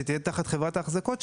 שתהיה תחת חברת האחזקות,